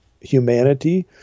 humanity